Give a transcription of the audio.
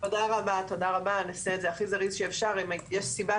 רם בן ברק יו"ר ועדת החוץ והביטחון: כן.